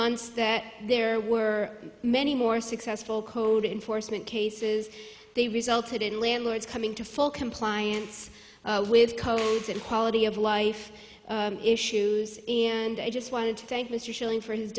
months that there were many more successful code enforcement cases they resulted in landlords coming to full compliance with codes and quality of life issues and i just wanted to thank mr schilling for his